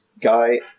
Guy